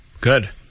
good